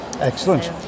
excellent